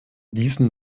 diesen